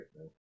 right